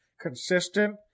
consistent